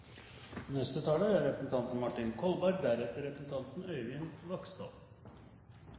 Neste taler er representanten